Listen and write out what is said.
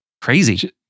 Crazy